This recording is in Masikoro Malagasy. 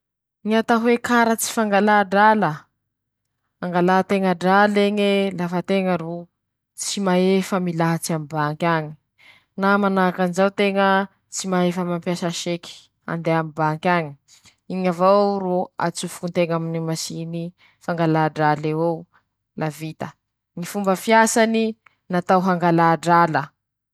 Ñy fomba fiasany ñy famantarañandro moa: -Ñatao hanentea lera, -Ñatao hanondro lera, -Ñatao hañomea an-teña ñy lera tean-teña hentea ;tondroeny eñy tsikirairaiky iaby ñy ler'eo fa ñ'asan-teña manenty avao.